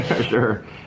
Sure